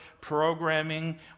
programming